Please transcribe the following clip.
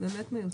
באמת מיותר.